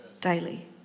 daily